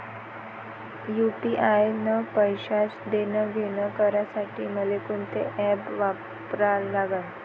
UPI न पैशाचं देणंघेणं करासाठी मले कोनते ॲप वापरा लागन?